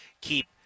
Keep